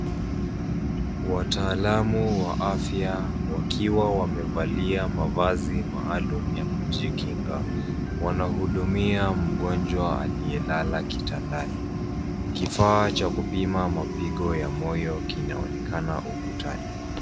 Wataalamu wa afya wakiwa wamevalia mavazi maalum ya kujikinga, wanahudumia mgonjwa aliyelala kitandani. Kifaa cha kupima mapigo ya moyo kinaonekana ukutani.